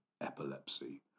epilepsy